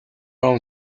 own